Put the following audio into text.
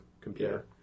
computer